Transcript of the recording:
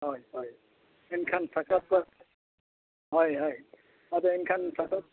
ᱦᱳᱭ ᱦᱳᱭ ᱮᱱᱠᱷᱟᱱ ᱦᱳᱭ ᱦᱳᱭ ᱟᱫᱚ ᱮᱱᱠᱷᱟᱱ ᱱᱤᱛᱳᱜ ᱫᱚ